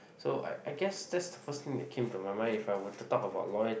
so I I guess that's the first thing that came to my mind if I were to talk about loyalty